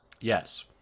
yes